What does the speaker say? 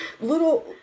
Little